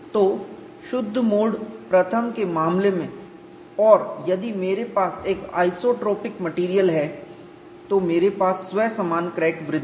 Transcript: तो शुद्ध mode I के मामले में और यदि मेरे पास एक आइसोट्रोपिक मेटेरियल है तो मेरे पास स्वसमान क्रैक वृद्धि है